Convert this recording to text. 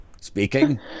Speaking